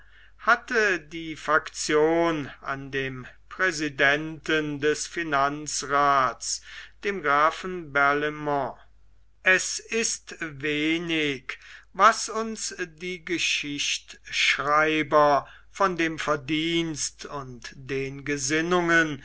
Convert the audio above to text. hatte die faktion an dem präsidenten des finanzraths dem grafen barlaimont es ist wenig was uns die geschichtschreiber von dem verdienst und den gesinnungen